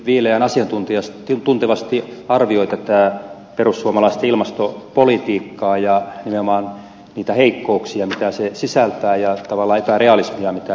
tynkkynen hyvin viileän asiantuntevasti arvioi tätä perussuomalaisten ilmastopolitiikkaa ja nimenomaan niitä heikkouksia mitä se sisältää ja tavallaan sitä epärealismia mitä se sisältää